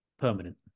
permanent